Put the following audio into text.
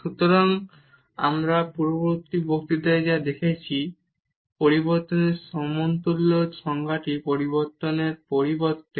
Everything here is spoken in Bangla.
সুতরাং আমরা পূর্ববর্তী বক্তৃতায় ডিফারেনশিবিলিটির আরেকটি সংজ্ঞা দেখেছি